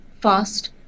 fast